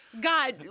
God